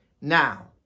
now